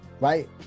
right